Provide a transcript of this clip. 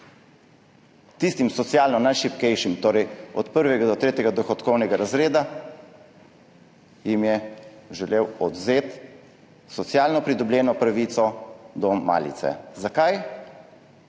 Tistim socialno najšibkejšim, torej od prvega do tretjega dohodkovnega razreda, jim je želel odvzeti socialno pridobljeno pravico do malice. Zakaj?